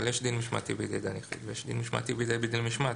אבל יש דין משמעתי בידי דן יחיד ויש דין משמעתי בידי בית דין למשמעת.